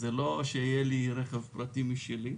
זה לא שיהיה לי רכב פרטי משלי,